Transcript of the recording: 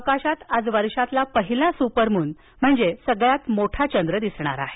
अवकाशात आज वर्षातील पहिला सुपरमून म्हणजे सर्वात मोठा चंद्र दिसणार आहे